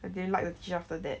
I didn't like the teacher after that